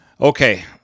Okay